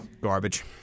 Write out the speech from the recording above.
Garbage